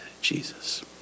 Jesus